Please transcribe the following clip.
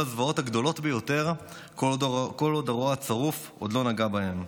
הזוועות הגדולות ביותר כל עוד הרוע הצרוף עוד לא נגע בהם.